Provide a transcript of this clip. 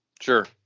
Sure